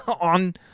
on